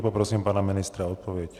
Poprosím pana ministra o odpověď.